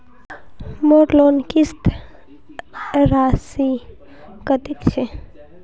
मोर लोन किस्त राशि कतेक छे?